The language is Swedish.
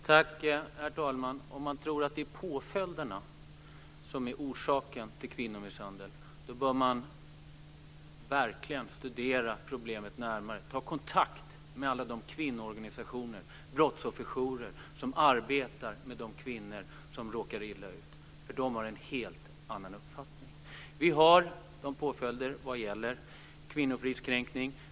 Herr talman! Om man tror att det är påföljderna som är orsaken till kvinnomisshandel bör man verkligen studera problemet närmare. Ta kontakt med alla de kvinnoorganisationer och brottsofferjourer som arbetar med de kvinnor som råkar illa ut. De har en helt annan uppfattning. Vi har påföljder vad gäller kvinnofridskränkning.